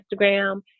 Instagram